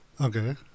Okay